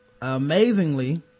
amazingly